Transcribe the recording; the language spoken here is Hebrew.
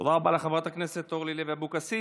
תודה רבה לחברת הכנסת אורלי לוי אבקסיס.